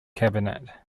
cabinet